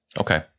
Okay